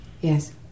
Yes